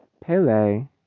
Pele